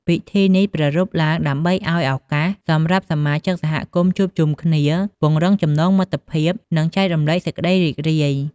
ពិធីនេះប្រារព្ធឡើងដើម្បីឲ្យឱកាសសម្រាប់សមាជិកសហគមន៍ជួបជុំគ្នា ពង្រឹងចំណងមិត្តភាព និងចែករំលែកសេចក្តីរីករាយ។